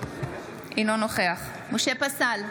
אינו נוכח משה פסל,